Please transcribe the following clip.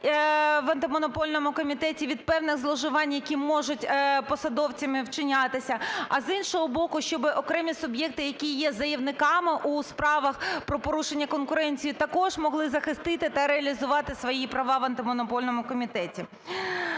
і Антимонопольному комітеті від певних зловживань, які можуть посадовцями вчинятися, а, з іншого боку, щоби окремі суб'єкти, які є заявниками у справах про порушення конкуренції, також могли захистити та реалізувати свої права в Антимонопольному комітеті.